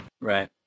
Right